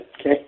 okay